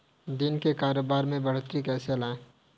दिन के कारोबार में बढ़ोतरी कैसे लाएं?